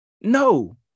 No